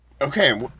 okay